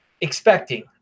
expecting